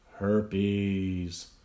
Herpes